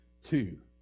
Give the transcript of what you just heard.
Two